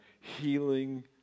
healing